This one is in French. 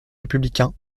républicain